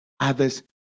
Others